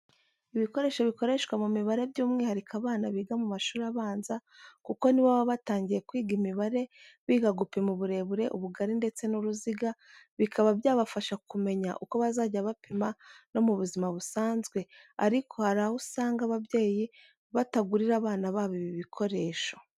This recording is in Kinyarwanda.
Ibikoresho bikoreshwa mu mibare byumwihariko abana biga mu mashuri abanza kuko nibo baba batangiye kwiga imibare biga gupima uburebure, ubugari ndetse n'uruziga, bikaba byabafasha kumenya uko bazajya bapima no mu buzima busanzwe, ariko hari aho usaga ababyeyi batagurira abana babo ibi bikoresho.